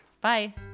Bye